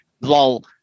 lol